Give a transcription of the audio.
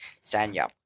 Sanya